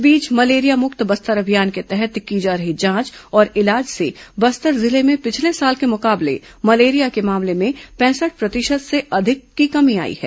इस बीच मलेरिया मुक्त बस्तर अभियान के तहत की जा रही जांच और इलाज से बस्तर जिले में पिछले साल के मुकाबले मलेरिया के मामले में पैंसठ प्रतिशत से अधिक की कमी आई है